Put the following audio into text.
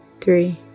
three